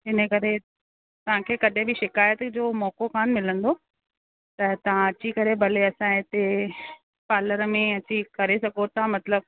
हिन करे तव्हांखे कॾहिं बि शिकाइत जो मौक़ो कोन्ह मिलंदो त तव्हां अची करे भले असांजे इते पार्लर में अची करे सघो था मतिलबु